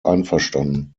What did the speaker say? einverstanden